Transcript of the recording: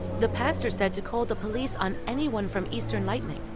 the pastor said to call the police on anyone from eastern lightning.